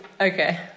Okay